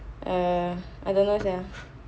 err I don't know sia